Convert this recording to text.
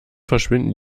verschwinden